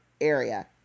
area